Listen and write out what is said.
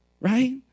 right